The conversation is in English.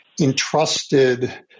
entrusted